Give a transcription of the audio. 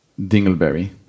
dingleberry